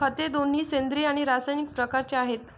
खते दोन्ही सेंद्रिय आणि रासायनिक प्रकारचे आहेत